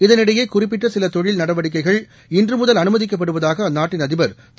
இதனிடையேகுறிப்பிட்டசிலதொழில்நடவடிக்கைகள்இன்றுமுதல்அனுமதிக்கப்ப டுவதாகஅந்நாட்டின்அதிபர்திரு